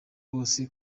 bose